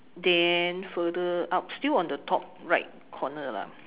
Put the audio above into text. then further up still on the top right corner lah